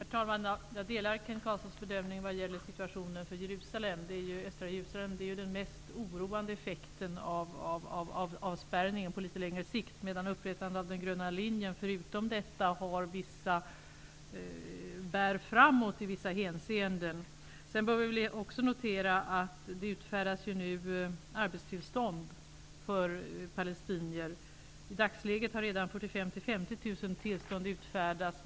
Herr talman! Jag delar Kent Carlssons bedömning när det gäller situationen för östra Jerusalem. Det är den på sikt mest oroande effekten av avspärrningen. Men upprättandet av den gröna linjen bär framåt i vissa hänseenden. Vi bör notera att det nu utfärdas arbetstillstånd för palestinier. I dagsläget har redan 45 000--50 000 tillstånd utfärdats.